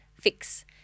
fix